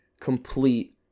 complete